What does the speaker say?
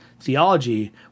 theology